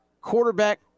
quarterback